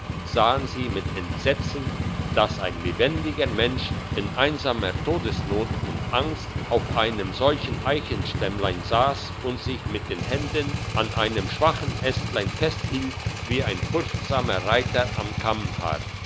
sahen sie mit entsetzen dass ein lebendiger mensch in einsamer todesnot und angst auf einem solchen eichstämmlein sass und sich mit den händen an einem schwachen ästlein festhielt wie ein furchtsamer reiter am